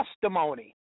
testimony